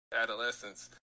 adolescence